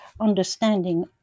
understanding